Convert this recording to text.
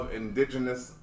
indigenous